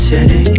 City